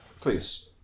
Please